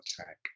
attack